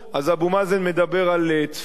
אבו מאזן מדבר על צפת,